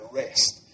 rest